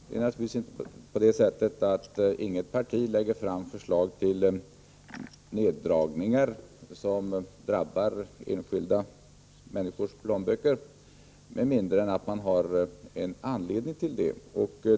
Det är naturligtvis så att inget parti lägger fram förslag till neddragningar som drabbar enskilda människors plånböcker med mindre än att man har en anledning till det.